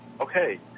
okay